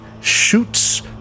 shoots